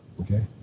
Okay